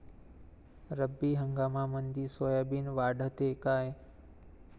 रब्बी हंगामामंदी सोयाबीन वाढते काय?